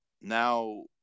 now